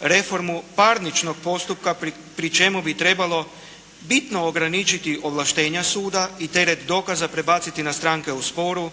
reformu parničnog postupka pri čemu bi trebalo bitno ograničiti ovlaštenja suda i teret dokaza prebaciti na stranke u sporu,